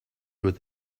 with